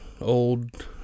old